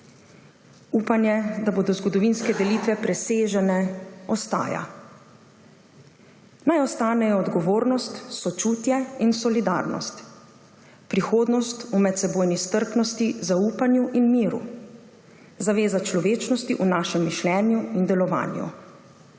Upanje, da bodo zgodovinske delitve presežene, ostaja. Naj ostanejo odgovornost, sočutje in solidarnost, prihodnost v medsebojni strpnosti, zaupanju in miru, zaveza človečnosti v našem mišljenju in delovanju.